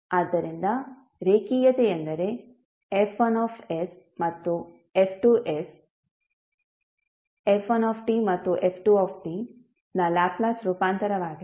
ಆದ್ದರಿಂದ ರೇಖೀಯತೆ ಎಂದರೆ F1 ಮತ್ತು F2 f1 ಮತ್ತು f2 ನ ಲ್ಯಾಪ್ಲೇಸ್ ರೂಪಾಂತರವಾಗಿದೆ